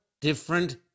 different